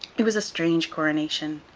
it was a strange coronation.